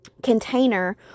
container